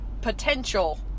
potential